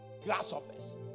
grasshoppers